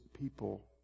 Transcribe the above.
people